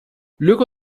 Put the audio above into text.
luego